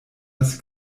das